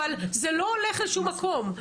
אבל זה לא הולך לשום מקום,